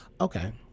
Okay